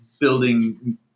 building